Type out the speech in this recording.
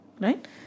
right